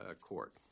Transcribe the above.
court